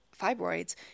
fibroids